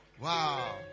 wow